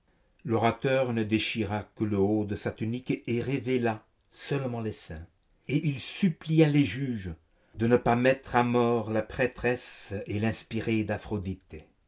l'orateur ne déchira que le haut de sa tunique et révéla seulement les seins et il supplia les juges de ne pas mettre à mort la prêtresse et l'inspirée d'aphroditê